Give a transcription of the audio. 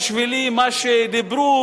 בשבילי מה שדיברו,